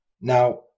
Now